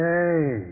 Hey